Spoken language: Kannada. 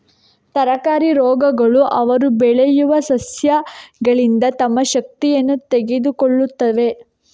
ತರಕಾರಿ ರೋಗಗಳು ಅವರು ಬೆಳೆಯುವ ಸಸ್ಯಗಳಿಂದ ತಮ್ಮ ಶಕ್ತಿಯನ್ನು ತೆಗೆದುಕೊಳ್ಳುತ್ತವೆ